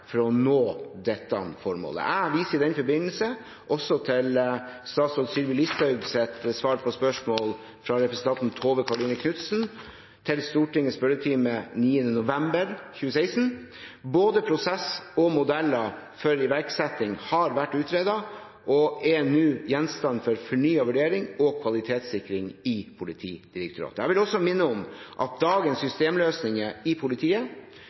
for å nå dette formålet. Jeg viser i den forbindelse også til statsråd Sylvi Listhaugs svar på spørsmål fra representanten Tove Karoline Knutsen i Stortingets spørretime den 9. november 2016. Både prosess og modeller for iverksetting har vært utredet og er nå gjenstand for fornyet vurdering og kvalitetssikring i Politidirektoratet. Jeg vil også minne om at dagens systemløsninger i politiet